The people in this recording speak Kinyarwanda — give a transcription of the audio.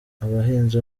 abahinzi